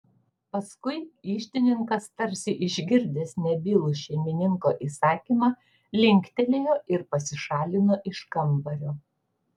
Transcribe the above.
paskui iždininkas tarsi išgirdęs nebylų šeimininko įsakymą linktelėjo ir pasišalino iš kambario